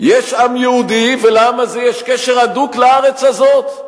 יש עם יהודי ולעם הזה יש קשר הדוק לארץ הזאת.